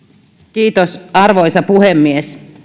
kiitos arvoisa puhemies